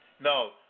No